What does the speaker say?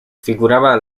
figuraba